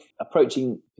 approaching